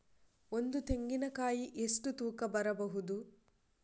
ಒಂದು ತೆಂಗಿನ ಕಾಯಿ ಎಷ್ಟು ತೂಕ ಬರಬಹುದು?